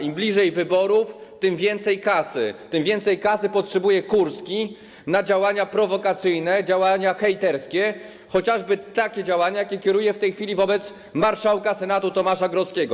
Im bliżej wyborów, tym więcej kasy - tym więcej kasy potrzebuje Kurski na działania prowokacyjne, działania hejterskie, chociażby takie działania, jakie kieruje w tej chwili wobec marszałka Senatu Tomasza Grodzkiego.